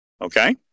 Okay